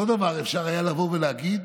אותו דבר אפשר היה לבוא ולהגיד